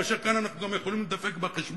כאשר כאן אנחנו גם יכולים להידפק בחשבון,